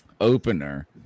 opener